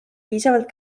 piisavalt